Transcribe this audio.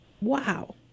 wow